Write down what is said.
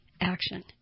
action